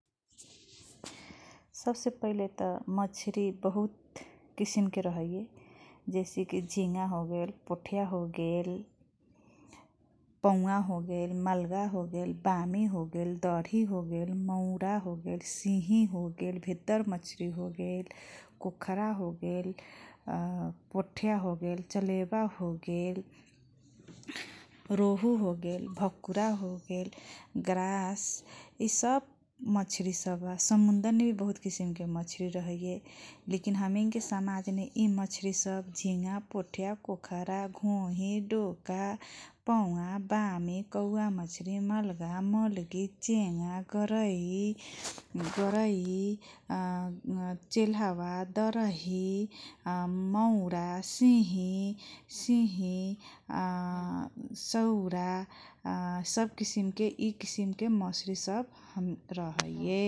सबसे पहिले त मछरी बहुत किसिमके रहइये जैसेकी झिङगा होगेल, पाठिया होगेल, पौवा होगेल, मलगा होगेल, बामी हागेल, दर्ही होगेल, मौरा होगेल, सिही होगेल, भित्र मछरी होगेल, कोखरा होगेल, पोठिया होगेल, चलेवा होगेल, रोहु होगेल, भकुरा होगेल, गरास, यी सब मछरी सब समूदरने भी बहुत किसिमके मछरी सब रहैये लेकिन हमैनके समाजने यी मछरी सब झिङगा, पोठिया कोखरा, घोङगी, डोका, पौवा, बामी, मलगा, कौवा, मलगी, गरैइ, गरैइ या चेलवा, दर्ही, या मौरा, सिही, सिही, सब किसिमके या यी किसिमके हम रहैये ।